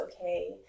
okay